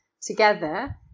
together